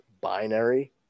binary